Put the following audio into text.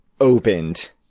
opened